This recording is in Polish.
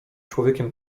człowiekiem